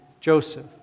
Joseph